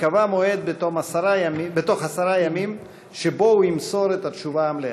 ייקבע מועד בתוך עשרה ימים שבו הוא ימסור את התשובה המלאה.